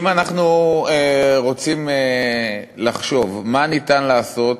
אם אנחנו רוצים לחשוב מה ניתן לעשות,